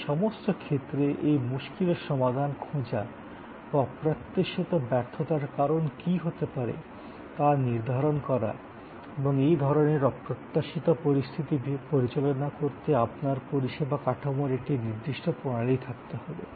এই সমস্ত ক্ষেত্রে এই মুশকিলের সমাধান খোঁজা বা অপ্রত্যাশিত ব্যর্থতার কারণ কী হতে পারে তা নির্ধারণ করা এবং এই ধরনের অপ্রত্যাশিত পরিস্থিতি পরিচালনা করতে আপনার পরিষেবা কাঠামোর একটি নির্দিষ্ট প্রণালী থাকতে হবে